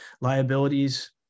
liabilities